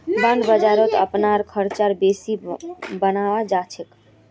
bond बाजारत अपनार ख़र्चक बेसी मनाल जा छेक